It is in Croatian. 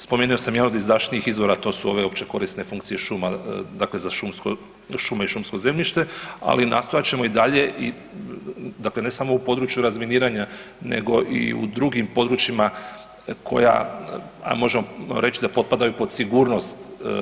Spomenuo sam ja ovdje iz zaštitnih izvora, a to su ove općekorisne funkcije šuma, dakle za šume i šumsko zemljište, ali nastojat ćemo i dalje, dakle ne samo u području razminiranja nego i u drugim područjima koja, ajde možemo reći da potpadaju pod sigurnost.